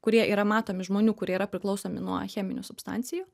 kurie yra matomi žmonių kurie yra priklausomi nuo cheminių substancijų